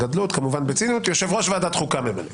ועושה כל מאמץ כדי לשמור על המדינה שלו,